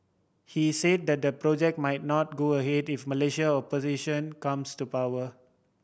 he say that the project might not go ahead if Malaysia opposition comes to power